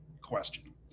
question